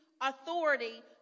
authority